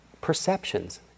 perceptions